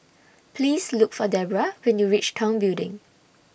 Please Look For Debrah when YOU REACH Tong Building